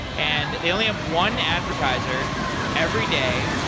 and they only have one advertiser every day.